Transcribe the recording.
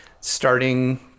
starting